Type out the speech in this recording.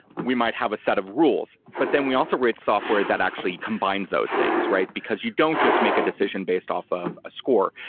we might have a set of rules. but then we also read software that actually combines those things, because you don't just make a decision based off of a score.